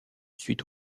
suite